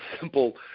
simple